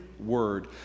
Word